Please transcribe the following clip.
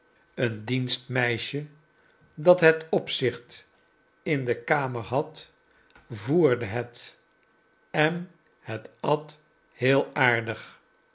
een dienstmeisje dat het opzicht in de kamer had voerde het en het at heel aardig